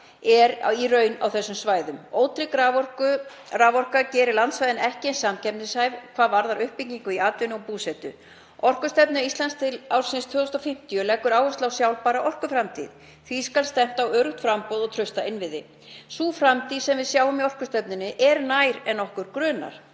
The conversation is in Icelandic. er í raun á þessum svæðum. Ótrygg raforka gerir landsvæðin ekki eins samkeppnishæf hvað varðar uppbyggingu í atvinnu og búsetu. Orkustefna Íslands til ársins 2050 leggur áherslu á sjálfbæra orkuframtíð. Því skal stefnt á öruggt framboð og trausta innviði. Sú framtíð sem við sjáum í orkustefnunni er nær en okkur grunar.